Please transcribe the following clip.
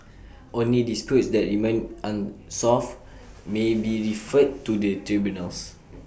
only disputes that remain unsolved may be referred to the tribunals